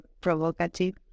provocative